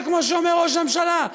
כמו שאומר ראש הממשלה,